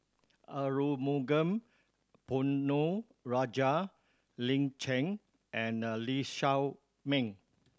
Arumugam Ponnu Rajah Lin Chen and Lee Shao Meng